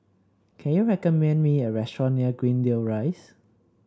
can you recommend me a restaurant near Greendale Rise